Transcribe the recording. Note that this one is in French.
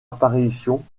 apparitions